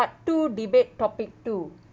part two debate topic two